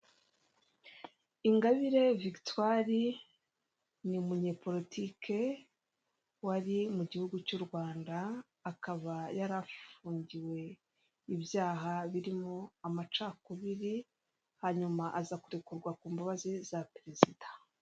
Urupapuro rw'umweru rwanditseho amagambo mu ibara ry'umukara amazina n'imibare yanditseho mu rurimi rw'icyongereza n'ifite amabara y'imituku.